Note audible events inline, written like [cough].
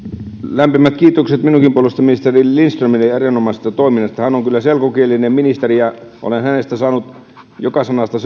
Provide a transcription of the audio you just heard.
lämpimät kiitokset minunkin puolestani ministeri lindströmille erinomaisesta toiminnasta hän on kyllä selkokielinen ministeri ja olen hänestä saanut joka sanasta [unintelligible]